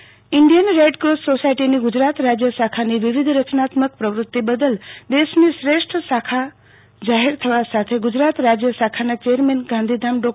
Bhavesh Acharya bite Indian red cross સોસાયટીની ગુજરાત રાજ્ય શાખાની વિવિધ રચનાત્મક પ્રવૃત્તિ બદલ દેશની શ્રેષ્ઠ શાખા જાહેર થવા સાથે ગુજરાત રાજ્ય શાખાના ચેરમેન ગાંધીધામ ડો